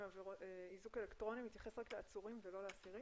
איזוק אלקטרוני מתייחס רק לעצורים ולא לאסירים?